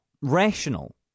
rational